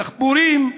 דחפורים,